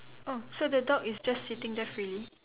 oh so the dog is just sitting there freely